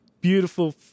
beautiful